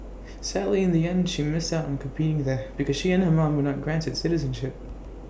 sadly in the end she missed out on competing there because she and her mom were not granted citizenship